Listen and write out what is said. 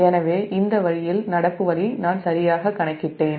எனவே இந்த வழியில் நடப்பு வழி நான் சரியாக கணக்கிட்டேன்